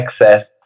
excess